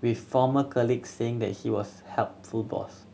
with former colleagues saying he was helpful boss